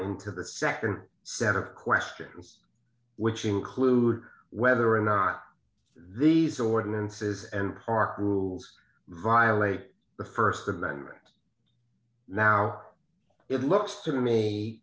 into the nd set of questions which include whether or not these ordinances and park rules violate the st amendment now it looks to me